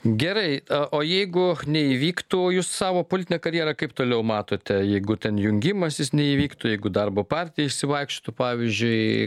gerai a o jeigu neįvyktų jūs savo politinę karjerą kaip toliau matote jeigu ten jungimasis neįvyktų jeigu darbo partija išsivaikščiotų pavyzdžiui